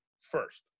first